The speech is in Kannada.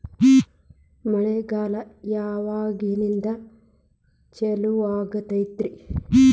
ಮಳೆಗಾಲ ಯಾವಾಗಿನಿಂದ ಚಾಲುವಾಗತೈತರಿ?